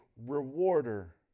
rewarder